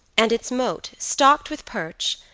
and its moat, stocked with perch,